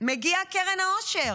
מגיעה קרן העושר.